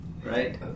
right